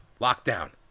Lockdown